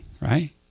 Right